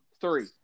three